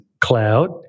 cloud